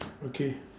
okay